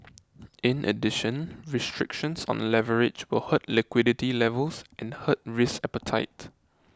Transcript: in addition restrictions on leverage will hurt liquidity levels and hurt risk appetite